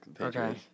Okay